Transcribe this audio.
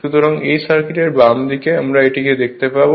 সুতরাং এই সার্কিটের বাম দিকে আমরা এটি দেখতে পাব